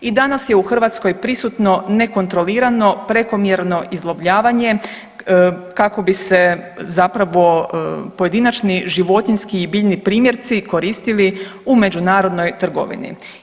I danas je u Hrvatskoj prisutno nekontrolirano prekomjerno izlovljavanje kako bi se zapravo pojedinačni životinjski i biljni primjerci koristili u međunarodnoj trgovini.